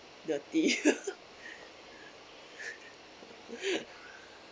dirty